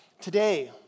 Today